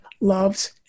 loves